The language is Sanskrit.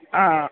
आ आ